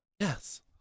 Yes